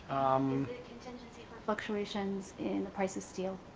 um contingency fluctuations in the price of steel?